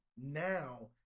now